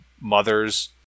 mother's